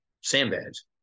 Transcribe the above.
sandbags